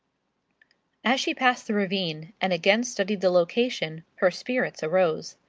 as she passed the ravine and again studied the location her spirits arose.